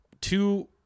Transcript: two